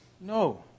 No